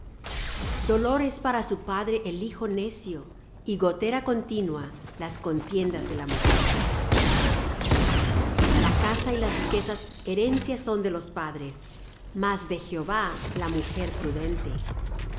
dolor es para su padre el hijo necio y gotera continua las contiendas de la mujer la casa y las riquezas herencia son de los padres mas de jehová la mujer prudente